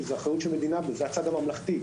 כי זה אחריות של המדינה וזה הצד הממלכתי.